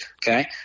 Okay